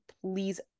please